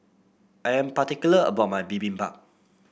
I am particular about my Bibimbap